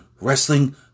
wrestling